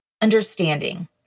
understanding